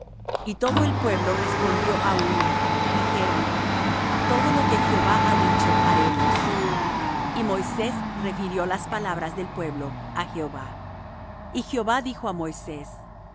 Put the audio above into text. y todo el pueblo respondió á una y dijeron todo lo que jehová ha dicho haremos y moisés refirió las palabras del pueblo á jehová y jehová dijo á moisés